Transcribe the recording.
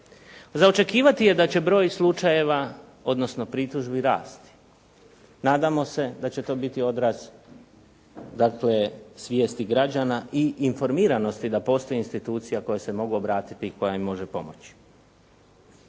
Za očekivati je da će broj slučajeva, odnosno pritužbi rasti. Nadamo se da će to biti odraz svijesti građana i informiranosti da postoji institucija kojoj se mogu obratiti i koja im može pomoći.